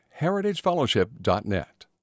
heritagefellowship.net